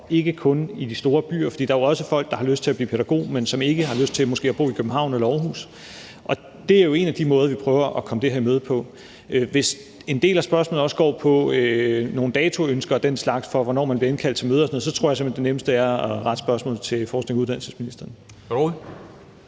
ikke kun i de store byer. For der er også folk, der har lyst til at blive pædagog, men som måske ikke har lyst til at bo i København eller Aarhus. Det er jo en af de måder, vi prøver at komme det her i møde på. Hvis en del af spørgsmålet også går på nogle datoønsker og den slags, altså hvornår man bliver indkaldt til møder og sådan noget, så tror jeg simpelt hen, at det nemmeste er at rette spørgsmålet til forsknings- og uddannelsesministeren. Kl. 10:26